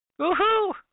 Woohoo